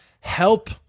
help